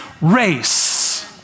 race